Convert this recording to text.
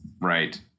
Right